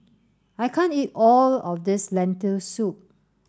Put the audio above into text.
I can't eat all of this Lentil soup